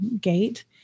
gate